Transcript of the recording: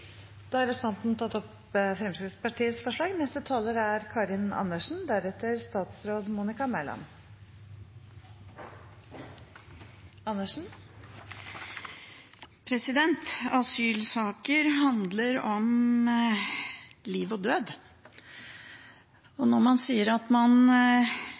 Da har representanten Jon Engen-Helgheim tatt opp de forslagene han refererte til. Asylsaker handler om liv og død. Når man sier at man